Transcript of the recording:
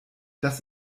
das